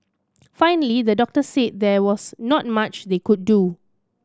finally the doctors said there was not much they could do